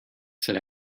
said